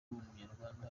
umunyarwanda